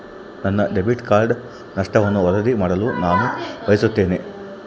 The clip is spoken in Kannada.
ನನ್ನ ಡೆಬಿಟ್ ಕಾರ್ಡ್ ನಷ್ಟವನ್ನು ವರದಿ ಮಾಡಲು ನಾನು ಬಯಸುತ್ತೇನೆ